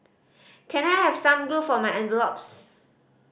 can I have some glue for my envelopes